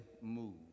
move